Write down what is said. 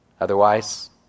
Otherwise